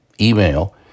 email